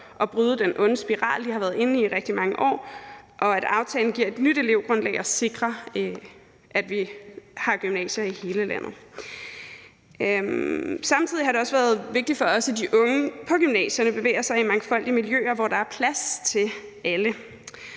at bryde den onde spiral, de har været inde i i rigtig mange år. Aftalen giver et nyt elevgrundlag og sikrer, at vi har gymnasier i hele landet. Samtidig har det også været vigtigt for os, at de unge på gymnasierne bevæger sig i mangfoldige miljøer, hvor der er plads til alle.